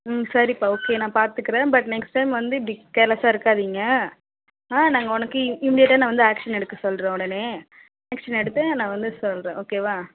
ம் சரிப்பா ஓகே நான் பார்த்துக்குறேன் பட் நெக்ஸ்ட் டைம் வந்து இப்படி கேர்லெஸ்ஸாக இருக்காதீங்க ஆ நாங்கள் உனக்கு இமீடியட்டாக நான் வந்து ஆக்ஷன் எடுக்க சொல்கிறேன் உடனே ஆக்ஷன் எடுத்து நான் வந்து சொல்கிறேன் ஓகேவா